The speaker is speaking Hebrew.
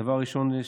הדבר הראשון,